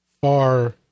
far